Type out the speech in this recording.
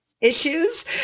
issues